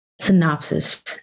synopsis